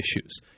issues